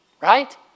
right